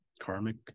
karmic